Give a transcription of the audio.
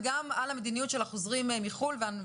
וגם על המדיניות של החוזרים והנוסעים לחו"ל.